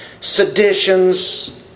seditions